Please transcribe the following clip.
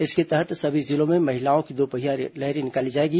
इसके तहत सभी जिलों में महिलाओं की दोपहिया रैली निकाली जाएगी